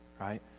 right